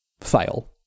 Fail